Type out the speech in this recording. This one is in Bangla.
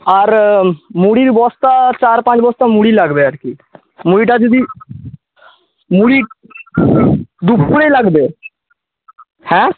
আর মুড়ির বস্তা চার পাঁচ বস্তা মুড়ি লাগবে আর কি মুড়িটা যদি মুড়ি দুপুরেই লাগবে হ্যাঁ